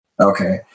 Okay